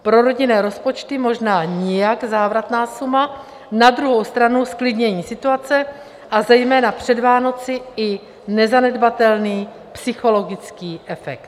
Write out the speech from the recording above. Pro rodinné rozpočty možná nijak závratná suma, na druhou stranu zklidnění situace a zejména před Vánoci i nezanedbatelný psychologický efekt.